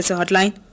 hotline